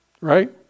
Right